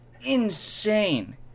insane